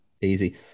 Easy